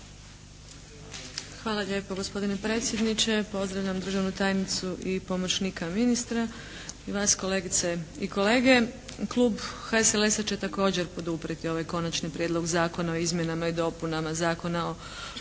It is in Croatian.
Hvala lijepo gospodine predsjedniče, pozdravljam državnu tajnicu i pomoćnika ministra i vas kolegice i kolege. Klub HSLS-a će također poduprijeti ovaj Konačni prijedlog Zakona o izmjenama i dopunama Zakona o